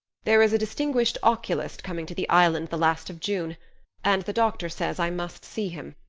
there is a distinguished oculist coming to the island the last of june and the doctor says i must see him.